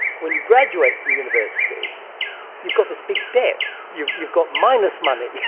when you graduate from university you've got this big debt, you've you've got minus money, yeah